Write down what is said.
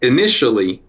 Initially